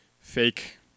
fake